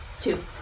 Two